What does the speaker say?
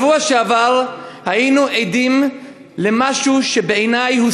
בשבוע שעבר היינו עדים למשהו שבעיני הוא